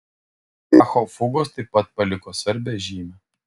bacho fugos taip pat paliko svarbią žymę